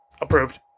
Approved